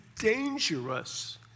dangerous